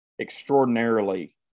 extraordinarily